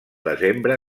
desembre